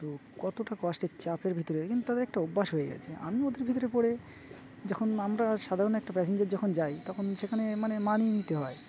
তো কতটা কষ্টের চাপের ভিতরে কিন্তু তাদের একটা অভ্যাস হয়ে গিয়েছে আমি ওদের ভিতরে পড়ে যখন আমরা সাধারণ একটা প্যাসেঞ্জার যখন যাই তখন সেখানে মানে মানিয়ে নিতে হয়